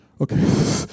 Okay